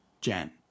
Jen